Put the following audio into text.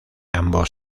ambos